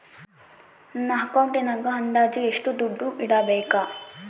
ನನ್ನ ಅಕೌಂಟಿನಾಗ ಅಂದಾಜು ಎಷ್ಟು ದುಡ್ಡು ಇಡಬೇಕಾ?